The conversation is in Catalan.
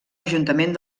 ajuntament